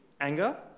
anger